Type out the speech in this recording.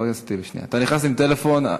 אתה נכנס עם טלפון.